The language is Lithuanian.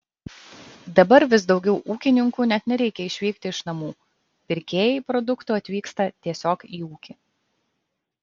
dabar vis daugiau ūkininkų net nereikia išvykti iš namų pirkėjai produktų atvyksta tiesiog į ūkį